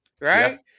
Right